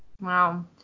Wow